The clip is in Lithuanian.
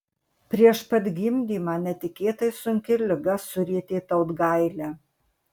prieš pat gimdymą netikėtai sunki liga surietė tautgailę